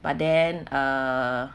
but then err